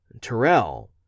Terrell